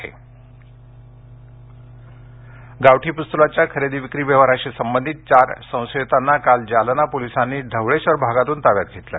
गावठी पिस्तल गावठी पिस्तुलाच्या खरेदी विक्री व्यवहाराशी संबंधित चार संशयितांना काल जालना पोलिसांनी ढवळेश्वर भागातून ताब्यात घेतलं